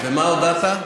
מה הודעת?